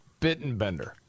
Bittenbender